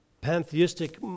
pantheistic